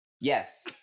Yes